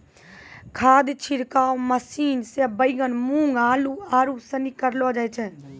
खाद छिड़काव मशीन से बैगन, मूँग, आलू, आरू सनी करलो जाय छै